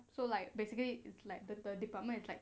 ya so like basically is like the the department is like